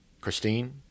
Christine